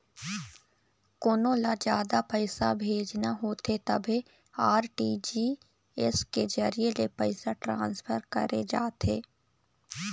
कोनो ल जादा पइसा भेजना होथे तभे आर.टी.जी.एस के जरिए ले पइसा ट्रांसफर करे जाथे